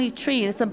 tree